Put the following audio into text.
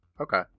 Okay